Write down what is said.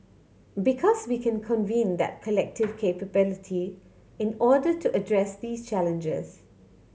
because we can convene that collective capability in order to address these challenges